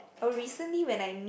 oh recently when I meet